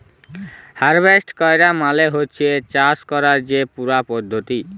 harvest ক্যরা মালে হছে চাষ ক্যরার যে পুরা পদ্ধতি